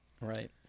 Right